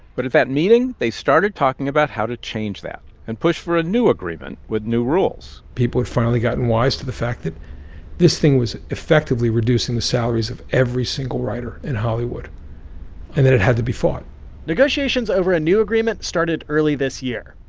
but at that meeting, they started talking about how to change that and pushed for a new agreement with new rules people had finally gotten wise to the fact that this thing was, effectively, reducing the salaries of every single writer in hollywood and that it had to be fought negotiations over a new agreement started early this year.